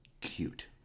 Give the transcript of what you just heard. cute